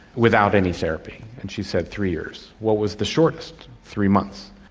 without any therapy? and she said, three years. what was the shortest? three months.